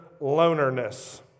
lonerness